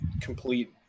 complete